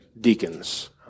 deacons